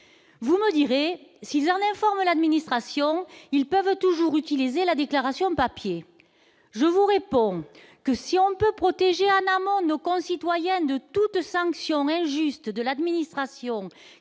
Vous me direz que, s'ils en informent l'administration, ils peuvent toujours utiliser la déclaration papier. Je vous réponds que, si on peut protéger en amont nos concitoyens de toute sanction injuste de l'administration